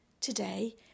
Today